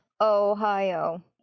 Ohio